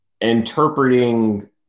interpreting